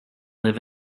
live